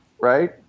right